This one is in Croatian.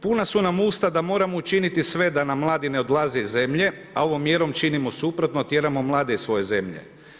Puna su nam usta da moramo učiniti sve da nam mladi ne odlaze iz zemlje, a ovom mjerom činimo suprotno, tjeramo mlade iz svoje zemlje.